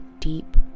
Deep